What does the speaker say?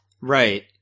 Right